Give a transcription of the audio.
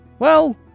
Well